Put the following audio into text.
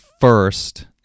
first